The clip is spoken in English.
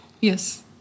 Yes